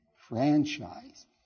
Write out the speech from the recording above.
franchise